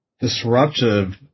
disruptive